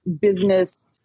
business